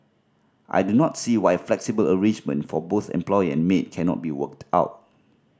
I do not see why a flexible arrangement for both employer and maid cannot be worked out